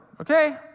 okay